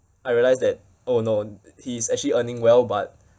I realise that oh no he's actually earning well but